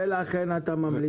ולכן אתה ממליץ על מה?